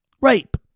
Rape